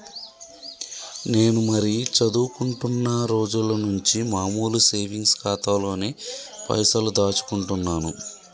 నేను మరీ చదువుకుంటున్నా రోజుల నుంచి మామూలు సేవింగ్స్ ఖాతాలోనే పైసలు దాచుకుంటున్నాను